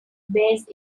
based